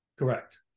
correct